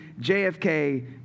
JFK